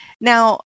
Now